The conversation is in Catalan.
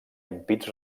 ampits